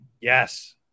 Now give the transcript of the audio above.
Yes